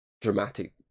dramatic